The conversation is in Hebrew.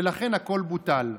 ולכן הכול בוטל.